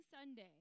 Sunday